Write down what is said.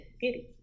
beauty